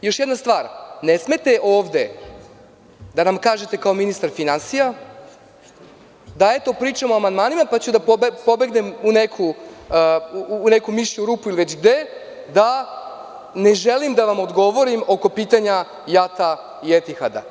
Još jedna stvar, ne smete ovde da nam kažete kao ministar finansija da, eto, pričam o amandmanima, pa ću onda da pobegnem u neku mišju rupu, ne želim da vam odgovorim oko pitanja JAT-a i „Etihada“